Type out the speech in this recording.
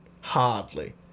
Hardly